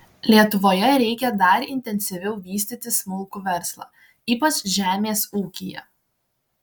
lietuvoje reikia dar intensyviau vystyti smulkų verslą ypač žemės ūkyje